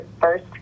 first